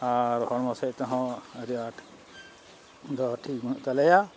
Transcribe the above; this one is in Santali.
ᱟᱨ ᱦᱚᱲᱢᱚ ᱥᱮᱫ ᱛᱮᱦᱚᱸ ᱟᱹᱰᱤ ᱟᱸᱴ ᱫᱚ ᱴᱷᱤᱠ ᱵᱟᱹᱱᱩᱜ ᱛᱟᱞᱮᱭᱟ